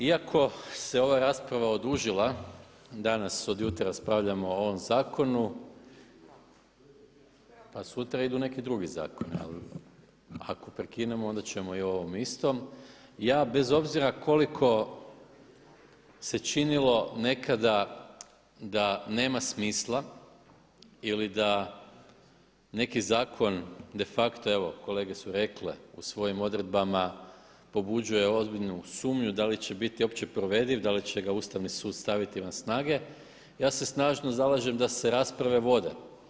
Iako se ova rasprava odužila, danas od jutra raspravljamo o ovom zakonu, a sutra idu neki drugi zakoni ali ako prekinemo onda ćemo i o ovom istom, ja bez obzira koliko se činilo nekada da nema smisla ili da neki zakon de facto evo kolege su rekle u svojim odredbama pobuđuje ozbiljnu sumnju da li će biti uopće provediv, da li će ga Ustavni sud staviti na snagu ja se snažno zalažem da se rasprave vode.